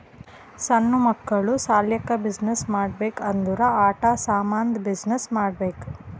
ಸಣ್ಣು ಮಕ್ಕುಳ ಸಲ್ಯಾಕ್ ಬಿಸಿನ್ನೆಸ್ ಮಾಡ್ಬೇಕ್ ಅಂದುರ್ ಆಟಾ ಸಾಮಂದ್ ಬಿಸಿನ್ನೆಸ್ ಮಾಡ್ಬೇಕ್